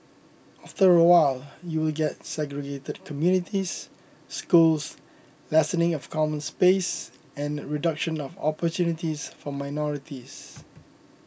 after a while you will get segregated communities schools lessening of common space and reduction of opportunities for minorities